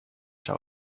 zou